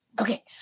okay